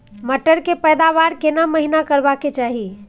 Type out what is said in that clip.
मटर के पैदावार केना महिना करबा के चाही?